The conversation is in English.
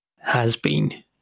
has-been